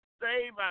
save